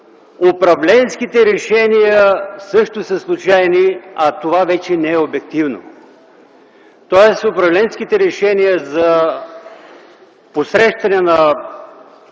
управленските решения също са случайни, а това вече не е обективно. Тоест управленските решения за посрещане на